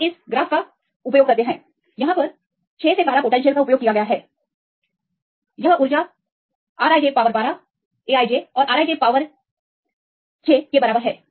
तो हम इस रेखांकन का उपयोग करके इस समीकरण को प्राप्त कर सकते हैं 6 12 पोटेंशियल का उपयोग करते हुए यह ऊर्जा R i j power 12 Aij और R i j पावर 6 के बराबर है